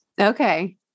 okay